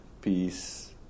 peace